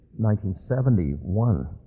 1971